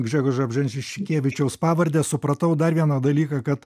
gžegožo bženšiškevičiaus pavardę supratau dar vieną dalyką kad